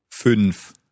Fünf